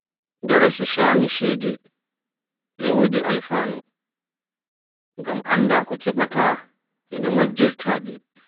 Daarasu shaani shede e wodi alfaanu, ngam annda ko kebɓta e no majjirta nde.